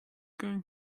going